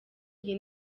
iyi